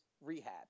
rehab